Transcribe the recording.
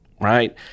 right